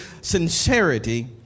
sincerity